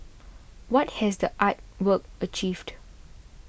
what has the art work achieved